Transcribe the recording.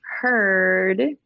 heard